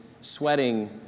sweating